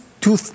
two